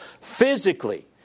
Physically